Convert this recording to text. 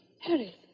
Harry